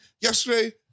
yesterday